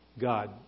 God